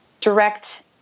direct